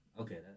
Okay